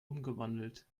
umgewandelt